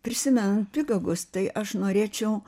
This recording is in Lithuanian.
prisimenant pigagus tai aš norėčiau